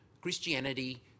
Christianity